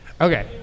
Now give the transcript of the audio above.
Okay